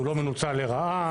הוא לא מנוצל לרעה.